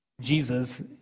jesus